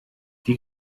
die